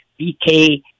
bk